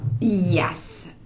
Yes